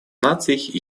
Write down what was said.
наций